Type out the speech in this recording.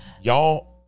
y'all